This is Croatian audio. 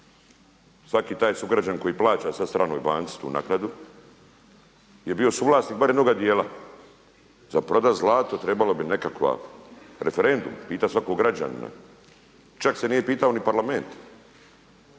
Svaki taj sugrađan koji plaća sad stranoj banci tu naknadu je bio suvlasnik barem jednoga dijela. Za prodat zlato trebalo bi nekakav referendum, pitat svakog građanina. Čak se nije pitao ni Parlament.